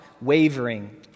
wavering